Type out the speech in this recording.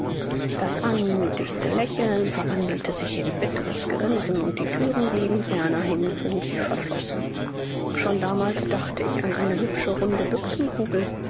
das anmuthigste lächeln verwandelte sich in bitteres grinsen und die thüren blieben fernerhin für mich verschlossen schon damals dachte ich an eine hübsche runde